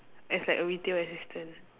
as like a retail assistant